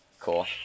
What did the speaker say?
cool